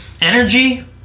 Energy